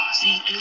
See